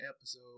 episode